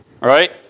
right